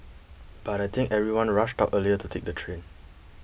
but I think everyone rushed out earlier to take the train